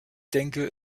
denke